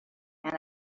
and